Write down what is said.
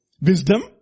Wisdom